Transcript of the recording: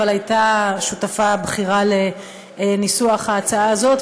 אבל הייתה שותפה בכירה לניסוח ההצעה הזאת,